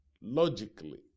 logically